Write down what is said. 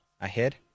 ahead